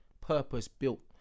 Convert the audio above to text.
Purpose-built